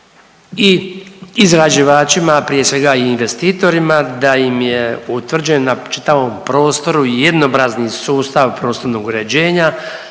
i izrađivačima prije svega investitorima da im je utvrđena na čitavom prostoru jednoobrazni sustav prostornog uređenja